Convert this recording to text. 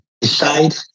decide